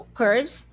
curves